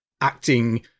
acting